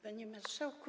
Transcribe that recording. Panie Marszałku!